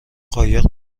قایق